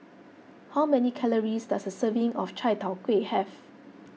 how many calories does a serving of Chai Tow Kuay have